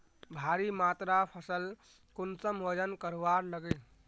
भारी मात्रा फसल कुंसम वजन करवार लगे?